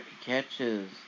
catches